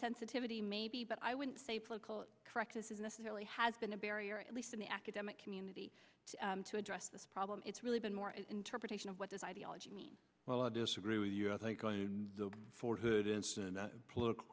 sensitivity maybe but i wouldn't say political correctness is necessarily has been a barrier at least in the academic community to address this problem it's really been more an interpretation of what this ideology means well i disagree with you i think the fort hood incident political